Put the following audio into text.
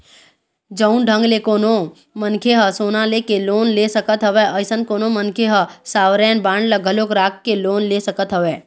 जउन ढंग ले कोनो मनखे ह सोना लेके लोन ले सकत हवय अइसन कोनो मनखे ह सॉवरेन बांड ल घलोक रख के लोन ले सकत हवय